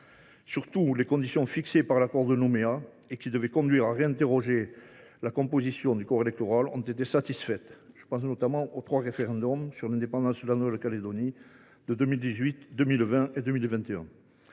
Surtout, les conditions fixées par l’accord de Nouméa et qui devaient conduire à réinterroger la composition du corps électoral ont été satisfaites. Je pense notamment aux trois référendums sur l’indépendance de la Nouvelle Calédonie qui ont eu lieu en 2018,